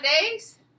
Days